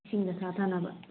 ꯏꯁꯤꯡꯗ ꯊꯥꯗꯅꯕ